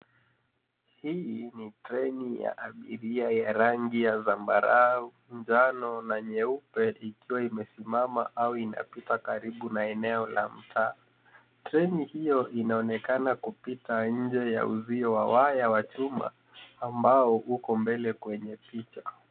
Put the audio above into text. Hii ni treni ya abiria ya rangi ya zambarau, njano na nyeupe ikiwa imesimama au inapita karibu na eneo la mtaa. Treni hiyo inaonekana kupita nje ya uzio wa waya wa chuma ambao uko mbele kwenye picha.